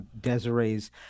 Desiree's